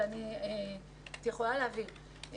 אבל את יכולה להבין,